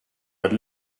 had